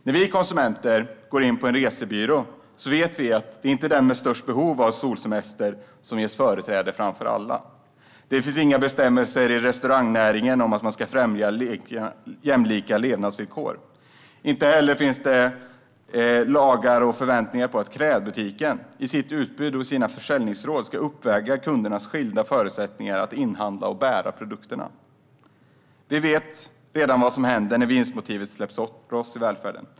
När vi är konsumenter och går in på en resebyrå vet vi att det inte är den med störst behov av solsemester som ges företräde framför alla. Det finns inga bestämmelser i restaurangnäringen om att man ska främja jämlikhet i levnadsvillkor. Inte heller finns det lagar och förväntningar som kräver av klädbutiken att i sitt utbud eller sina försäljningsråd uppväga kundernas skilda förutsättningar att inhandla och bära produkterna. Vi vet redan vad som händer när vinstmotivet släpps loss i välfärden.